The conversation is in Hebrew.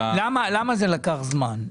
למה זה לקח זמן?